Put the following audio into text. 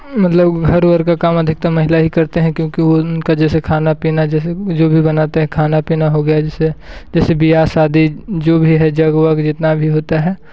मतलब घर वर का काम अधिकतर महिला ही करते हैं क्योंकि उनका जैसे खाना पीना जैसे जो भी बनाते हैं खाना पीना हो गया जैसे जैसे ब्याह शादी जो भी है जग वग जितना भी होता है